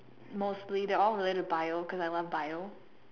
mostly they're all related to Bio because I love Bio